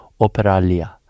Operalia